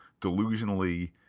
delusionally